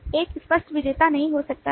एक स्पष्ट विजेता नहीं हो सकता है